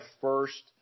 first